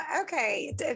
okay